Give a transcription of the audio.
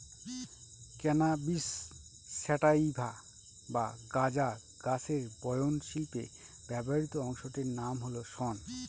cannabis sativa বা গাঁজা গাছের বয়ন শিল্পে ব্যবহৃত অংশটির নাম হল শন